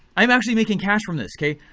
i'm actually making cash from this, kay?